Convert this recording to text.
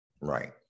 Right